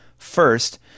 First